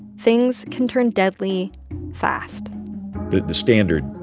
things can turn deadly fast the the standard